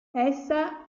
essa